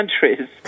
countries